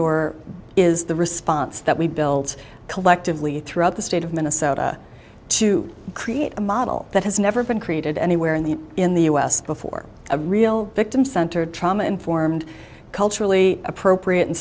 door is the response that we built collect throughout the state of minnesota to create a model that has never been created anywhere in the in the u s before a real victim centered trauma informed culturally appropriate and